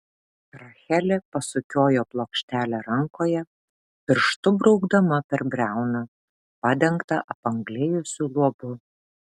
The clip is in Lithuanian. rachelė pasukiojo plokštelę rankoje pirštu braukdama per briauną padengtą apanglėjusiu luobu